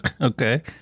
Okay